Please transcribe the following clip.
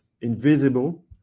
invisible